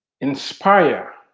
inspire